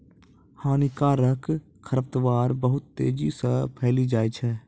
हानिकारक खरपतवार बहुत तेजी से फैली जाय छै